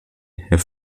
herr